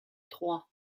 trois